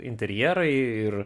interjerai ir